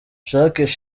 jacques